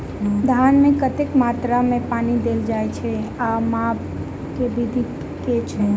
धान मे कतेक मात्रा मे पानि देल जाएँ छैय आ माप केँ विधि केँ छैय?